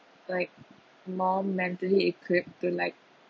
like more mentally equipped to like